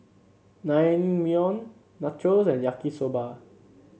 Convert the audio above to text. Naengmyeon Nachos and Yaki Soba